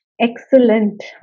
Excellent